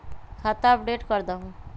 खाता अपडेट करदहु?